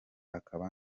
akaba